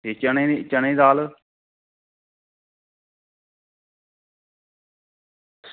ते चने चने दी दाल